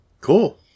Cool